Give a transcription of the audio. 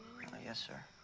yes, sir.